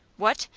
what!